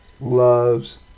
loves